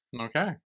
Okay